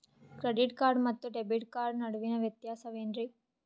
Credit card ಮತ್ತು debit card ನಡುವಿನ ವ್ಯತ್ಯಾಸ ವೇನ್ರೀ?